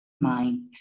mind